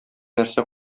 нәрсә